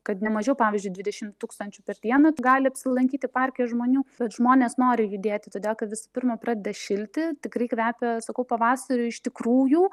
kad nemažiau pavyzdžiui dvidešimt tūkstančių per dieną gali apsilankyti parke žmonių bet žmonės nori judėti todėl kad visų pirma pradeda šilti tikrai kvepia sakau pavasariu iš tikrųjų